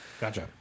gotcha